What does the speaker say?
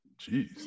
Jeez